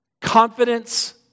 confidence